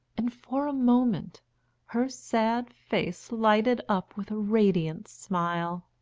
and for a moment her sad face lighted up with a radiant smile.